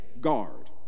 guard